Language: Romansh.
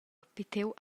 pitiu